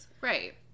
Right